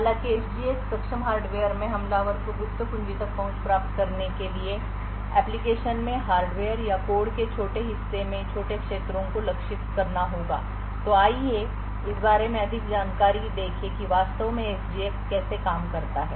हालांकि SGX सक्षम hardware में हमलावर को गुप्त कुंजी तक पहुंच प्राप्त करने के लिए आवेदन में हार्डवेयर या कोड के छोटे हिस्से में छोटे क्षेत्रों को लक्षित करना होगा तो आइए इस बारे में अधिक जानकारी देखें कि वास्तव में SGX कैसे काम करता है